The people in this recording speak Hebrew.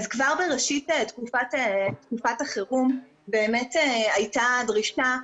כבר בראשית תקופת החירום הייתה דרישה,